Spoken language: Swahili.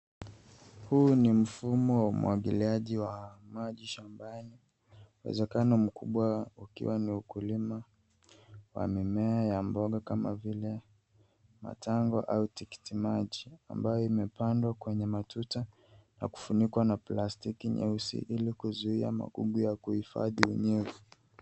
Huu ni mfumo wa umwagiliaji wa maji shambani uwezekano mkubwa ukiwa ni ukulima wa mimea ya mboga kama vile matango au tikiti maji ambayo imepandwa kwenye matuta na kufunikwa na plastiki nyeusi ili kuzuia magugu na kuhifadhi unyevu.